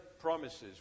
promises